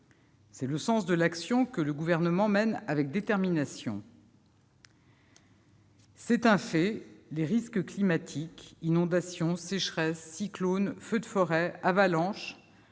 C'est le sens de l'action que mène avec détermination le Gouvernement. C'est un fait, les risques climatiques- inondations, sécheresses, cyclones, feux de forêt, avalanches